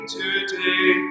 today